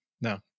No